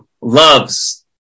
loves